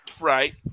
Right